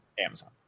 Amazon